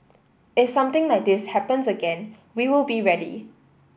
if something like this happens again we will be ready